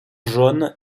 jaune